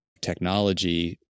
technology